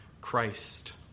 Christ